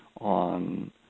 on